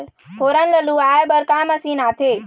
फोरन ला लुआय बर का मशीन आथे?